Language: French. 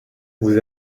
vous